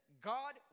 God